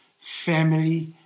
family